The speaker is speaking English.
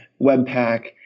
Webpack